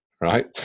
right